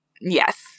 Yes